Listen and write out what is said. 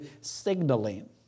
signaling